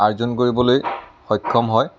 অৰ্জন কৰিবলৈ সক্ষম হয়